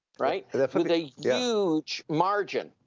right, with a huge margin.